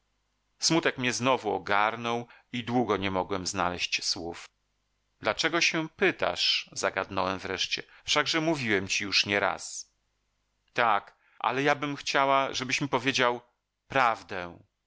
smutek mnie znowu ogarnął i długo nie mogłem znaleść słów dlaczego się pytasz zagadnąłem wreszcie wszakże mówiłem ci już nieraz tak ale jabym chciała żebyś mi powiedział prawdę